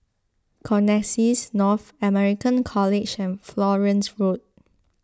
Connexis North American College and Florence Road